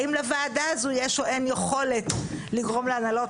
האם לוועדה הזו יש או אין יכולת לגרום להנהלות